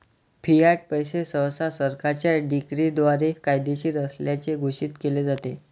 Fiat पैसे सहसा सरकारच्या डिक्रीद्वारे कायदेशीर असल्याचे घोषित केले जाते